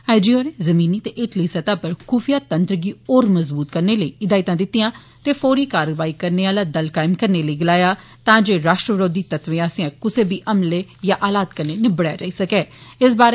IG होरें जमीनी ते हेठली सतह् उप्पर खुफिया तंत्र गी होर मजबूत करने लेई हिदायतां दित्तियां ते फौरी कारवाई करने आले दल कायम करने लेई गलाया तां जे राश्ट्र विरोधी तत्वें आस्सेआ कुसै बी हमले दा हालात कन्नै निबड़ेआ जाई सकै